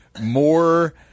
more